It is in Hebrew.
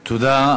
תודה.